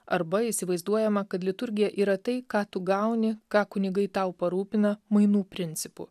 arba įsivaizduojama kad liturgija yra tai ką tu gauni ką kunigai tau parūpina mainų principu